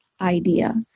idea